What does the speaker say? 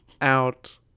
out